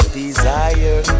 desire